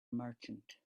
merchant